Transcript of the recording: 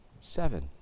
Seven